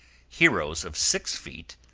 heroes of six feet,